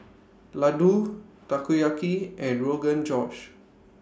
Ladoo Takoyaki and Rogan Josh